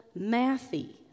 mathy